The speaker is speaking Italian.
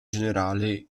generale